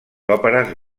òperes